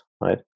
right